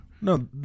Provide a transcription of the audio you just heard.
No